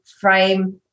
frame